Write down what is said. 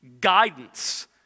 guidance